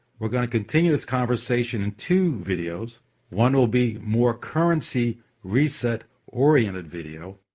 we're gonna continue this conversation in two videos one will be more currency reset oriented video,